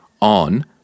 on